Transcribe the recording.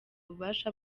ububasha